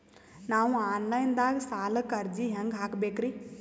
ನಾವು online ದಾಗ ಸಾಲಕ್ಕ ಅರ್ಜಿ ಹೆಂಗ ಹಾಕಬೇಕ್ರಿ?